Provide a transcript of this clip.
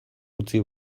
utzi